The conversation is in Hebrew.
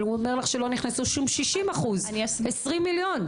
אבל הוא אומר לך שלא נכנסו שום 60% - 20 מיליון.